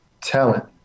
talent